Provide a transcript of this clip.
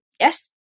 Yes